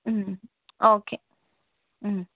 ம் ஓகே ம்